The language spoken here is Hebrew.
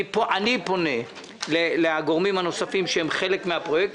אני פונה לגורמים הנוספים שהם חלק מן הפרויקט